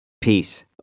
peace